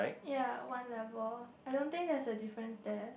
ya one level I don't think there's a difference there